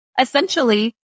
essentially